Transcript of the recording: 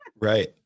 Right